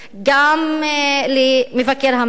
גם למבקר המדינה